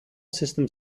system